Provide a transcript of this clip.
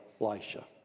Elisha